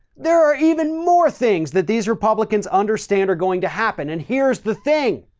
there are even more things that these republicans understand are going to happen. and here's the thing.